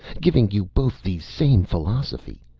giving you both the same philosophy.